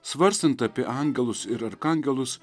svarstant apie angelus ir arkangelus